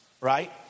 right